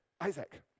Isaac